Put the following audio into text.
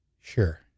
sure